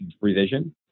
revision